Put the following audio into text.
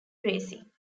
racing